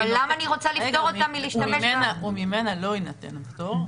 אבל למה אני רוצה לפטור אותם מלהשתמש וממנה לא יינתן פטור.